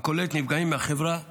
הכוללת נפגעים מהחברה הלא-יהודית,